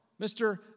Mr